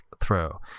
throw